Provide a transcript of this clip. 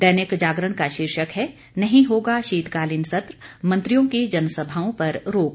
दैनिक जागरण का शीर्षक है नहीं होगा शीतकालीन सत्र मंत्रियों की जनसभाओं पर रोक